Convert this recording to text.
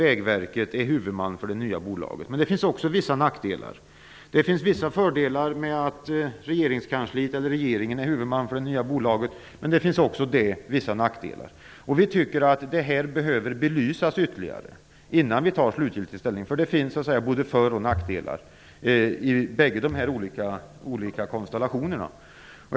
Vägverket är huvudman för det nya bolaget, men det finns också vissa nackdelar. Det finns vissa förelar med att regeringskansliet eller regeringen är huvudman för det nya bolaget, men det finns också vissa nackdelar med detta. Vi tycker att frågan behöver belysas ytterligare innan vi tar slutgiltig ställning, eftersom det finns både föroch nackdelar med de båda olika konstellationerna.